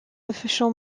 official